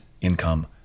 income